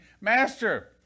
Master